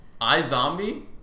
iZombie